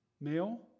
male